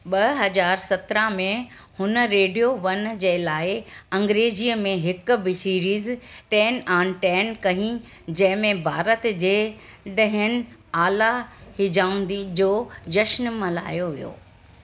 ॿ हज़ार सत्राहं में हुन रेडियो वन जे लाइ अंग्रेजीअ में हिकु ॿी सीरीज़ टेन ऑन टेन कई जंहिं में भारत जे ॾहनि आला हिजाउंदी जो जशन मल्हायो वियो